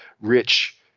rich